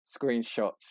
screenshots